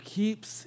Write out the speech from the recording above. keeps